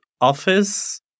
Office